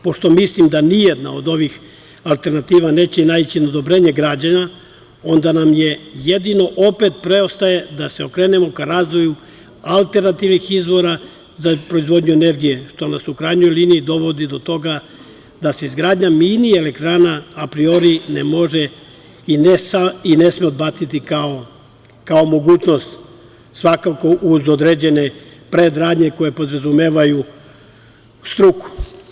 Pošto mislim da nijedna od ovih alternativa neće naići na odobrenje građana, onda nam jedino opet preostaje da se okrenemo ka razvoju alternativnih izvora za proizvodnju energije, što nas u krajnjoj liniji dovodi do toga da se izgradnja mini elektrana apriori ne može i ne sme odbaciti kao mogućnost, svakako uz određene predradnje koje podrazumevaju struku.